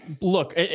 Look